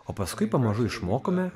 o paskui pamažu išmokome